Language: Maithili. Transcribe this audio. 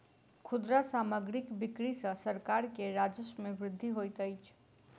खुदरा सामग्रीक बिक्री सॅ सरकार के राजस्व मे वृद्धि होइत अछि